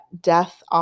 Death